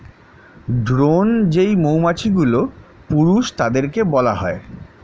drone যেই মৌমাছিগুলো, পুরুষ তাদেরকে বলা হয়